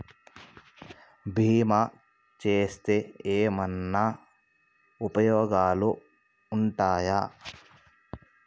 బీమా చేస్తే ఏమన్నా ఉపయోగాలు ఉంటయా?